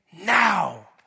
now